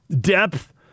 depth